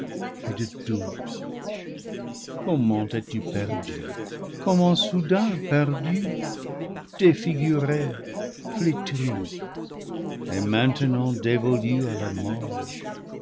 et de doux comment es-tu perdue com ment soudain perdue défigurée flétrie et maintenant dévolue à la mort